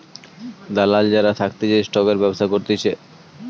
দালাল যারা থাকতিছে স্টকের ব্যবসা করতিছে